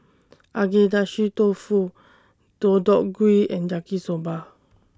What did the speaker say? Agedashi Dofu Deodeok Gui and Yaki Soba